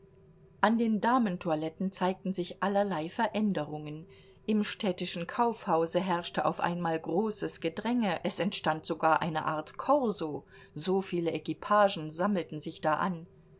an den damentoiletten zeigten sich allerlei veränderungen im städtischen kaufhause herrschte auf einmal großes gedränge es entstand sogar eine art korso so viele equipagen sammelten sich da an